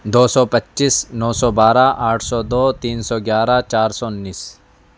دو سو پچیس نو سو بارہ آٹھ سو دو تین سو گیارہ چار سو انیس